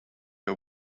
her